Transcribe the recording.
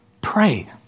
Pray